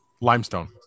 Limestone